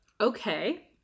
Okay